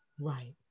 Right